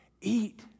eat